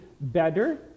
better